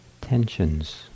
tensions